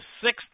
sixth